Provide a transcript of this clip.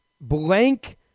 blank